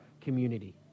community